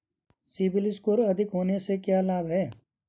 CIBIL score अधिक होने से क्या लाभ हैं?